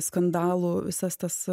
skandalų visas tas